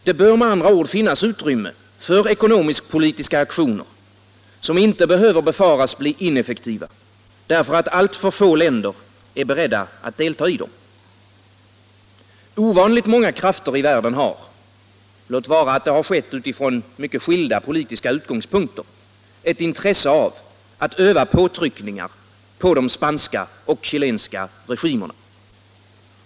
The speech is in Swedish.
Det bör med andra ord finnas utrymme för ekonomisk-politiska aktioner, som inte behöver befaras bli ineffektiva därför att alltför få länder är beredda att delta i dem. Ovanligt många krafter i världen har — låt vara utifrån skilda utgångspunkter — ett intresse av att öva påtryckningar på de spanska och chilenska regimerna.